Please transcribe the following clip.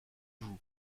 vous